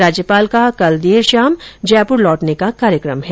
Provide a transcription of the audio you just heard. राज्यपाल का कल देर शाम जयपुर लौटने का कार्यक्रम है